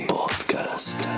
podcast